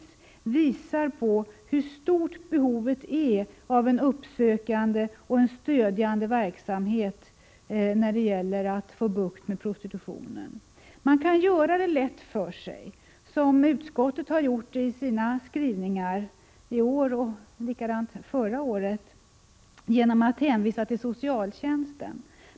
De visar hur stort behovet är av en uppsökande och stödjande verksamhet för att få bukt med prostitutionen. Man kan göra det lätt för sig, som utskottet har gjort i sina skrivningar i år och även förra året, genom att hänvisa till socialtjänsten.